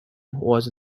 was